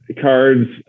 cards